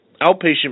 outpatient